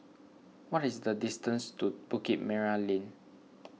what is the distance to Bukit Merah Lane